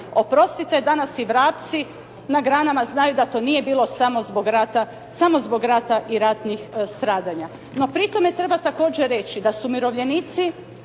Oprostite, danas i vrapci na granama znaju da to nije bilo samo zbog rata, samo zbog rata i ratnih stradanja. No pritome treba također reći da su umirovljenici